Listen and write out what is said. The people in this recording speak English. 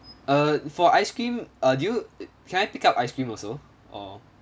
uh for ice cream uh do you can I pick up ice cream also or